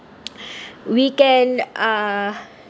we can uh